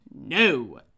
no